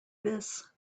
this